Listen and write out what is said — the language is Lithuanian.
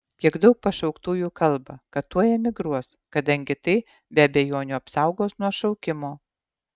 kiek daug pašauktųjų kalba kad tuoj emigruos kadangi tai be abejonių apsaugos nuo šaukimo